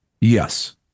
Yes